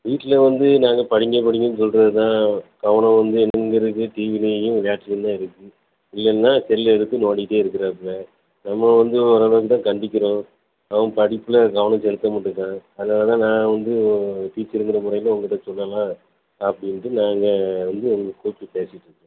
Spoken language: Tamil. வீட்டிலையும் வந்து நாங்கள் படிங்க படிங்கன்னு சொல்கிறது தான் கவனம் வந்து எங்கள் இருக்குது டிவியிலையும் மேட்ச்சுலையும் தான் இருக்குது இல்லைன்னா செல் எடுத்து நோண்டிக்கிட்டே இருக்கிறாப்புல நம்ம வந்து ஓரளவுக்கு தான் கண்டிக்கிறோம் அவன் படிப்பில் கவனம் செலுத்த மாட்டுக்கான் அதனால் தான் நான் வந்து டீச்சருங்கிற முறையில் உங்கக்கிட்ட சொல்லலாம் அப்படின்ட்டு நான் வந்து உங்களை கூப்பிட்டு பேசிகிட்ருக்கேன்